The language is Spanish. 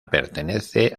pertenece